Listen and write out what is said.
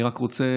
אני רק רוצה